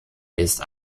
ist